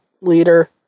liter